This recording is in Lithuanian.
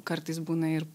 kartais būna ir